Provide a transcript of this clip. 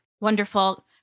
Wonderful